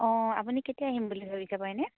অঁ আপুনি কেতিয়া আহিম বুলি ভাবিছে হয়নে